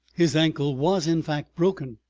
his ankle was, in fact, broken,